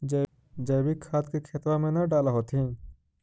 जैवीक खाद के खेतबा मे न डाल होथिं?